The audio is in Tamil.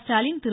ஸ்டாலின் திரு